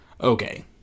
Okay